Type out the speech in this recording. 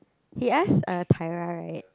he ask uh Tyra right